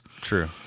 true